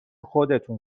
خودتون